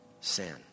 sin